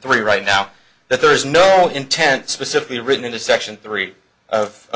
three right now that there is no intent specifically written into section three of